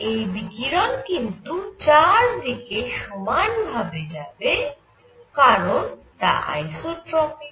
এই বিকিরণ কিন্তু চার দিকে সমান ভাবে যাবে কারণ তা আইসোট্রপিক